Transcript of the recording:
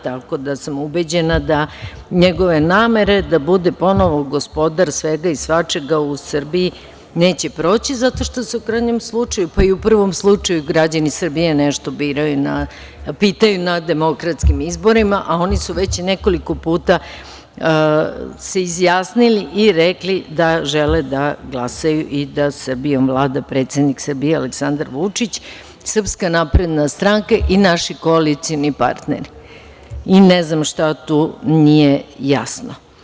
Tako da sam ubeđena da njegove namere da bude ponovo gospodar svega i svačega u Srbiji neće proći, zato što se u krajnjem slučaju, pa i u prvom slučaju građani Srbije nešto pitaju na demokratskim izborima, a oni su se već nekoliko puta izjasnili i rekli da žele da glasaju i da Srbijom vlada predsednik Srbije Aleksandar Vučić, SNS i naši koalicioni partneri i ne znam šta tu nije jasno.